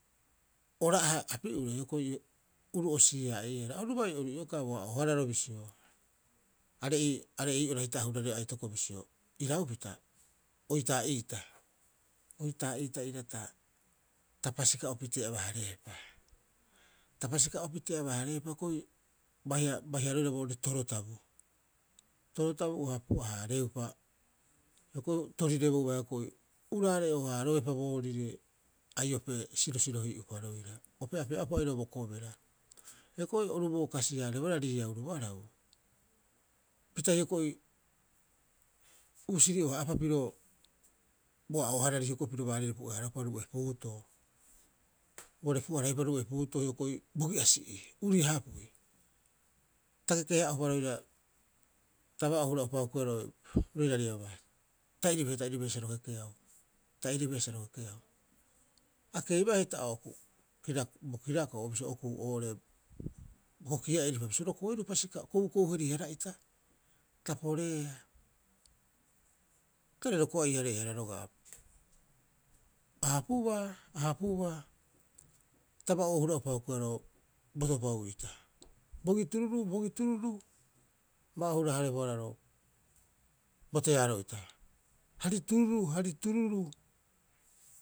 Ora'aha api'ure uruu'osii- haa'iihara oru bai oru ioka boa'oohararo bisio, are'ei ora hita ahureu aitoko bisio, Oitaa'iita, oitaa'iita iiraa ta pasikaopitee aba- hareepa ta pasika'opitee abahareepa hioko'i baiha baiha roira boorii Torotamu. Torotam uaha pu'ahaareupa, hioko'i torirebouba hioko'i uraare'oo- haaroepa boorire aiope sirosirohi'uropa ope'ope'a'upa oirau bo kobera. Hioko'i oru boo kasihaarebohara Riiau rubarau pita hioko'i uusiro'oo- haa'aapa pirio boa'ooharari hioko'i piro barire pu'ahaupa Ru'e Puutoo. Uare pu'aharaiupa Ru'e Puutoo hioko'i bogi'asi'ii uria hapui. Ta kekehaa'upa roira ta oohura'upa hukuiaa roirariaba ta'iribehe, ta'iribehe sa ro kekeau ta'iribehe sa ro kekeau. A keibee hita bo kirako'o oo'ore bo kokia'iripa bisio ro koeruu pasika koukou heri- hara'ita, ta poreea tare roko'ai- hareehara a hapubaa ahapubaa. Ta oohura'upa hukuia ro botopaui ita, bogi tururu, bogi tururu, baoohura- haarebohara botearo ita, hari tururu, hari tururu.